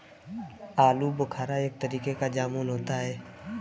आलूबोखारा एक तरीके क जामुन होला